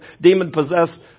demon-possessed